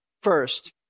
first